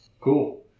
Cool